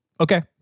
Okay